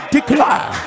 Declare